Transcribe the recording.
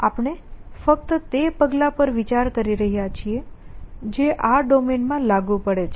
આપણે ફક્ત તે પગલાં પર વિચાર કરી રહ્યા છીએ જે આ ડોમેન માં લાગુ પડે છે